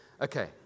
Okay